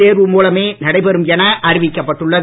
தேர்வு மூலமே நடைபெறும் என அறிவிக்கப்பட்டுள்ளது